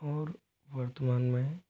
और वर्तमान में